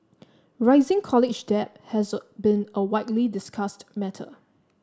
rising college debt has been a widely discussed matter